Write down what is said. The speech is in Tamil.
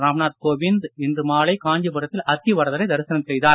ராம்நாத் கோவிந்த் இன்று மாலை காஞ்சிபுரத்தில் அத்திவரதரை தரிசனம் செய்தார்